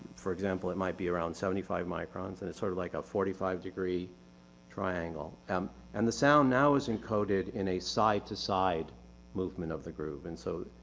for example, it might be around seventy five microns and it's sort of like a forty five degree triangle. um and the sound now is encoded in a side-to-side movement of the group. and so,